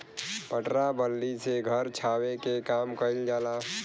पटरा बल्ली से घर छावे के काम कइल जाला